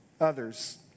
others